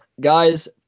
guys